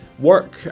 work